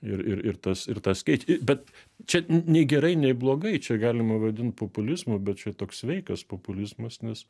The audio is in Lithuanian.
ir ir ir tas ir tas keičia bet čia nei gerai nei blogai čia galima vadint populizmu bet čia toks sveikas populizmas nes